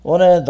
One